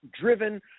driven